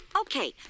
Okay